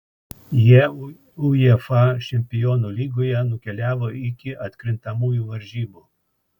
jie uefa čempionų lygoje nukeliavo iki atkrintamųjų varžybų